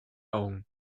augen